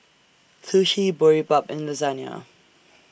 Sushi Boribap and Lasagna